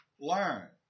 Learn